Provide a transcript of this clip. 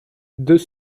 deux